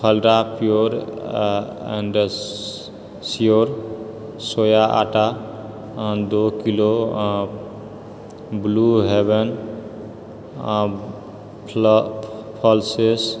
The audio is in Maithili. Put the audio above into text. Phalada pure and sure soya आटा दु किलो ब्लू हेवन फ्लॉ